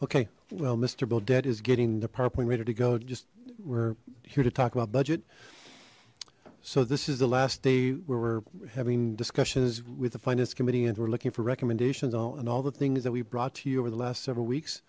okay well mister bill dead is getting the powerpoint ready to go just we're here to talk about budget so this is the last day where we're having discussions with the finance committee and we're looking for recommendations all and all the things that we brought to you over the last several weeks